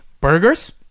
Burgers